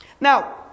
Now